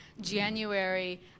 January